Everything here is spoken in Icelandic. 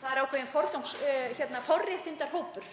það er ákveðinn forréttindahópur